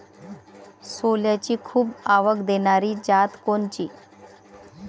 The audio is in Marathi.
सोल्याची खूप आवक देनारी जात कोनची?